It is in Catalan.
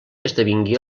esdevingué